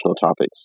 topics